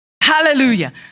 Hallelujah